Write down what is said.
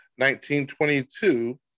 1922